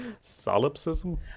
solipsism